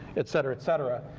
et cetera, et cetera.